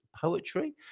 poetry